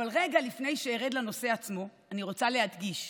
אבל רגע לפני שארד לנושא עצמו, אני רוצה להדגיש: